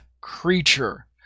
creature